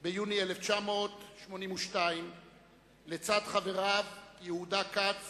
ביוני 1982 לצד חבריו, יהודה כץ